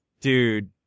Dude